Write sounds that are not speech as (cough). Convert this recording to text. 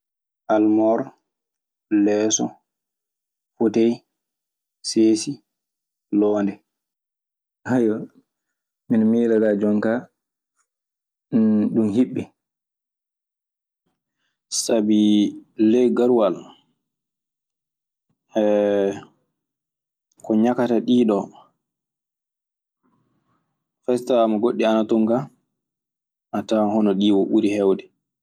Armor, leeso, foteye, seesi, loonde. (hesitation) miɗe miila kaa jon kaa, (hesitation) ɗun hiɓɓi. Sabi ley garwal, (hesitation) ko ñakata ɗiiɗo, hay sinno tawaama goɗɗi ana toon ka, a tawan hono ɗi ɓuri heewde.